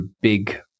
big